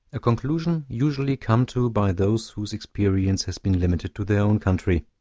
a conclusion usually come to by those whose experience has been limited to their own country.